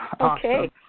Okay